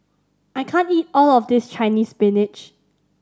I can't eat all of this Chinese Spinach